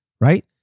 Right